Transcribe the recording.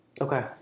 Okay